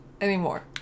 anymore